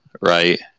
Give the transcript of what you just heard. right